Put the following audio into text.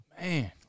Man